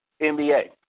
NBA